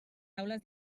aules